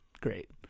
great